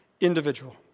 individual